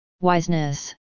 wiseness